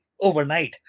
overnight